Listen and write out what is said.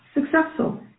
successful